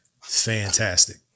fantastic